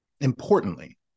importantly